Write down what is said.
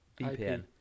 VPN